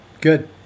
good